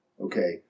okay